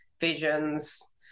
visions